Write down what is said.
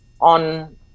on